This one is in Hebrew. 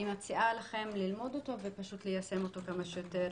אני מציעה לכם ללמוד אותו וליישם אותו בכמה שיותר